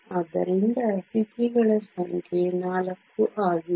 ಆದ್ದರಿಂದ ಸ್ಥಿತಿಗಳ ಸಂಖ್ಯೆ 4 ಆಗಿದೆ